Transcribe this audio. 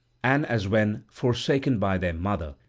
and as when, forsaken by their mother,